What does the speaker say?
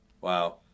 Wow